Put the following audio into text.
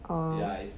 orh